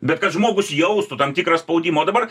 bet kad žmogus jaustų tam tikrą spaudimą o dabar